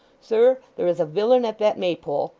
sir, there is a villain at that maypole,